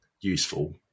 useful